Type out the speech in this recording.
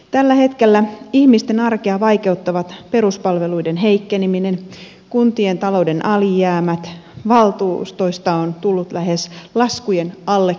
tällä hetkellä ihmisten arkea vaikeuttavat peruspalveluiden heikkeneminen kuntien talouden alijäämät valtuustoista on tullut lähes laskujen allekirjoittajia